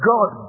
God